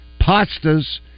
pastas